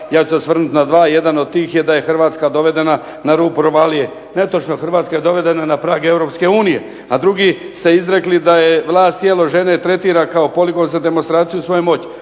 Ja ću se osvrnuti na dva. Jedan od tih da je Hrvatska dovedena na rub provalije. Netočno. Hrvatska je dovedena na prag Europske unije. A drugi ste izrekli da vlast tijelo žene tretira kao poligon za demonstraciju svoje moći,